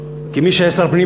כמי שהיה שר הפנים,